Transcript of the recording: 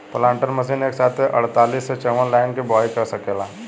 planter machine एक साथे अड़तालीस से चौवन लाइन के बोआई क सकेला